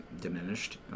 diminished